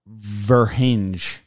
Verhinge